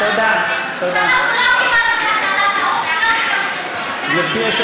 שאנחנו לא קיבלנו את החלטת האו"ם ולא מקבלים.